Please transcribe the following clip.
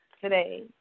today